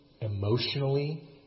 emotionally